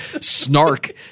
snark